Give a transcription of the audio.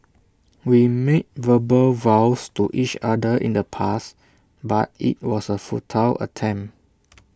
we made verbal vows to each other in the past but IT was A futile attempt